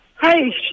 Hey